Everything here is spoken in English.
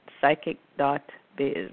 Psychic.biz